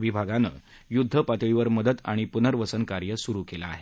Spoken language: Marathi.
विभागानं युद्ध पातळीवर मदत आणि पुनर्वसन कार्य सुरु केलं आहे